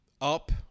up